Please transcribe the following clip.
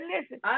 listen